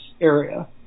area